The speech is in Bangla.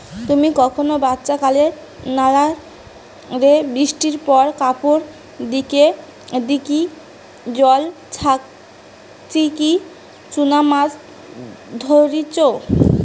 তুমি কখনো বাচ্চাকালে নালা রে বৃষ্টির পর কাপড় দিকি জল ছাচিকি চুনা মাছ ধরিচ?